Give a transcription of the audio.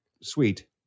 sweet